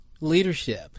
leadership